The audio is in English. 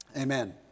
Amen